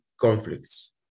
conflicts